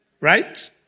Right